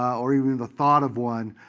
or even the thought of one,